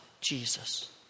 Jesus